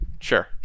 sure